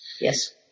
Yes